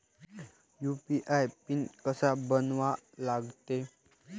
UPI PIN कसा बनवा लागते?